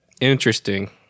Interesting